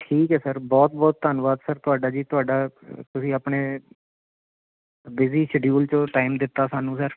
ਠੀਕ ਹੈ ਸਰ ਬਹੁਤ ਬਹੁਤ ਧੰਨਵਾਦ ਸਰ ਤੁਹਾਡਾ ਜੀ ਤੁਹਾਡਾ ਤੁਸੀਂ ਆਪਣੇ ਬਿਜ਼ੀ ਸ਼ਡਿਊਲ ਚੋਂ ਟਾਈਮ ਦਿੱਤਾ ਸਾਨੂੰ ਸਰ